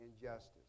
injustice